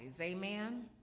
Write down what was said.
Amen